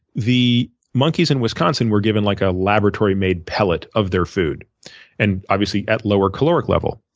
the monkeys in wisconsin were given like a laboratory made pellet of their food and obviously at lower caloric level.